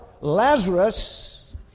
Lazarus